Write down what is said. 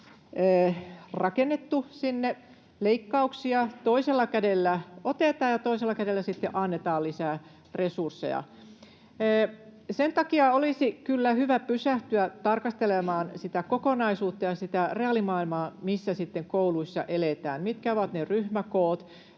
kädellä otetaan ja toisella kädellä sitten annetaan lisää resursseja. Sen takia olisi kyllä hyvä pysähtyä tarkastelemaan sitä kokonaisuutta ja sitä reaalimaailmaa, missä kouluissa eletään: mitkä ovat ne ryhmäkoot,